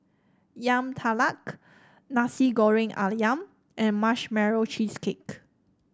Yam Talam Nasi Goreng ayam and Marshmallow Cheesecake